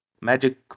magic